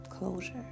closure